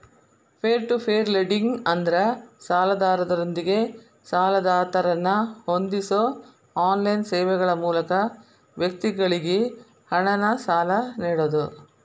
peer to peer lending ಅಂದ್ರ ಸಾಲಗಾರರೊಂದಿಗೆ ಸಾಲದಾತರನ್ನ ಹೊಂದಿಸೋ ಆನ್ಲೈನ್ ಸೇವೆಗಳ ಮೂಲಕ ವ್ಯಕ್ತಿಗಳಿಗಿ ಹಣನ ಸಾಲ ನೇಡೋದು